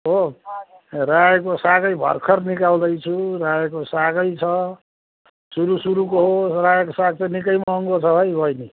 हो रायोको सागै भर्खर निकाल्दैछु रायोको सागै छ सुरु सुरुको हो रायोको साग त निकै महँगो छ है बैनी